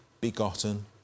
begotten